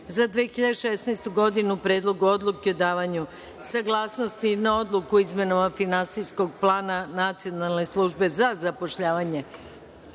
za 2016. godinu, Predlogu odluke o davanju saglasnosti na Odluku o izmenama finansijskog plana Nacionalne službe za zapošljavanje